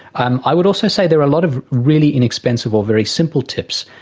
and i would also say there are a lot of really inexpensive or very simple tips,